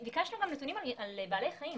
ביקשנו גם נתונים על בעלי חיים